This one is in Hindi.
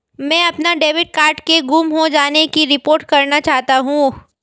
मैं अपने डेबिट कार्ड के गुम हो जाने की रिपोर्ट करना चाहता हूँ